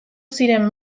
ziren